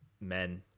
men